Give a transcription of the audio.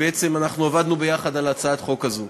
בעצם, אנחנו עבדנו ביחד על הצעת החוק הזו.